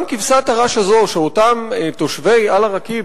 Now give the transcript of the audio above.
גם כבשת הרש הזאת שאותם תושבי אל-עראקיב